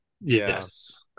Yes